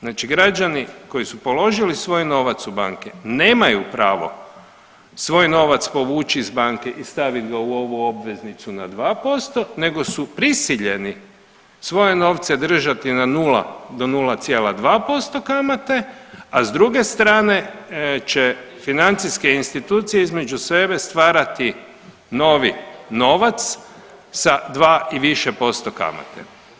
Znači građani koji su položili svoj novac u banke nemaju pravo svoj novac povući iz banke i stavit ga u ovu obveznicu na 2% nego su prisiljeni svoje novce držati na 0 do 0,2% kamate, a s druge strane će financijske institucije između sebe stvarati novi novac sa 2 i više posto kamate.